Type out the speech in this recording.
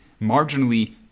marginally